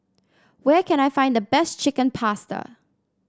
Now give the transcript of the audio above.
where can I find the best Chicken Pasta